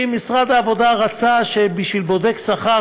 משרד העבודה רצה שבשביל בודק שכר,